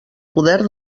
poder